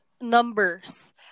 numbers